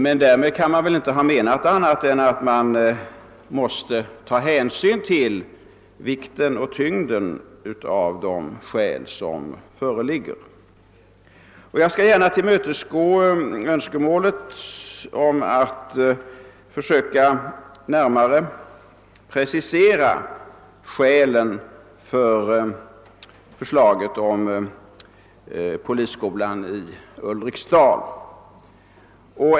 Men därmed kan man väl inte ha menat annat än att det måste tas hänsyn till tyngden av de skäl som föreligger. Jag skall gärna tillmötesgå önskemålet om att närmare precisera skälen för förslaget om inrättande av polisskolan i Ulriksdal.